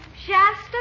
Shasta